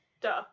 Duh